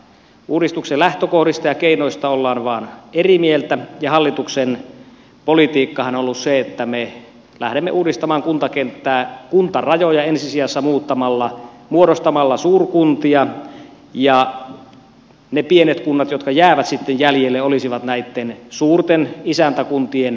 uudistuksien lähtökohdista ja keinoista ollaan vain eri mieltä ja hallituksen politiikkahan on ollut se että me lähdemme uudistamaan kuntakenttää kuntarajoja ensi sijassa muuttamalla muodostamalla suurkuntia ja ne pienet kunnat jotka jäävät sitten jäljelle olisivat näitten suurten isäntäkuntien renkejä